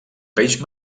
peix